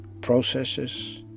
processes